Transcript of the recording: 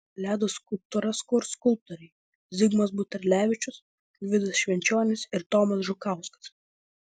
ledo skulptūras kurs skulptoriai zigmas buterlevičius gvidas švenčionis ir tomas žukauskas